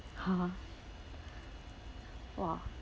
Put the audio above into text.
!huh! !wah!